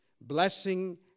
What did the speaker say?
blessing